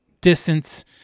distance